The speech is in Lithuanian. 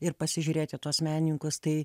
ir pasižiūrėt į tuos meninkus tai